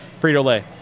Frito-Lay